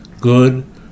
good